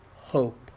hope